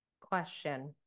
question